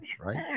right